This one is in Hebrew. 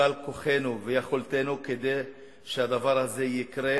משקל כוחנו ויכולתנו כדי שהדבר הזה יקרה,